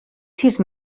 sis